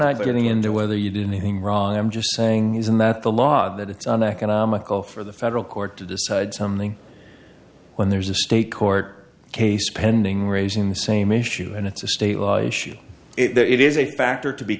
not getting in there whether you did anything wrong i'm just saying isn't that the law that it's an economical for the federal court to decide something when there's a state court case pending raising the same issue and it's a state law issue it is a factor to be